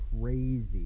crazy